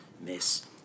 miss